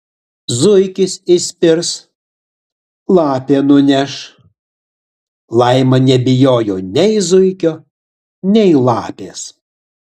zuikis įspirs lapė nuneš laima nebijojo nei zuikio nei lapės